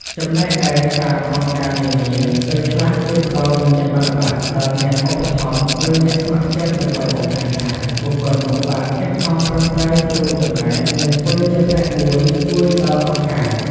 ចំណែកឯតាមអង្គការនានា ពេលខ្លះគេផ្ដល់វិញ្ញាបនបត្រដល់អ្នកឧបត្ថម្ភ ឬ អ្នកស្ម័គ្រចិត្តដើម្បីបង្ហាញថា បុគ្គលនោះបានខិតខំប្រឹងប្រែងរួមចំណែក និងធ្វើជាផ្នែកមួយជួយដល់អង្គការ។